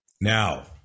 Now